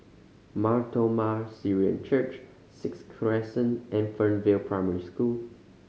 Mar Thoma Syrian Church Sixth Crescent and Fernvale Primary School